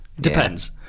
Depends